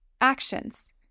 Actions